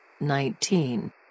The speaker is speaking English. nineteen